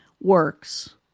works